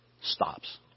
stops